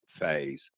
phase